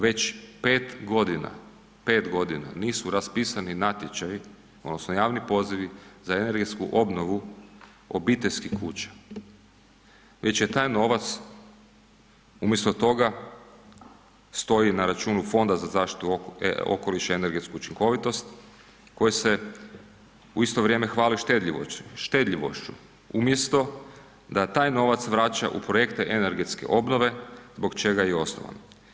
Već 5.g., 5.g. nisu raspisani natječaji odnosno javni pozivi za energetsku obnovu obiteljskih kuća, već je taj novac umjesto toga stoji na računu Fonda za zaštitu okoliša i energetsku učinkovitost koji se u isto vrijeme hvali štedljivošću umjesto da taj novac vraća u projekte energetske obnove zbog čega je i osnovan.